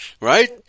Right